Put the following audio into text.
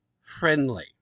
friendly